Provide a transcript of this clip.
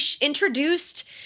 introduced